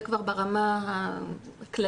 זה כבר ברמה הכללית,